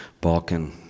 Balkan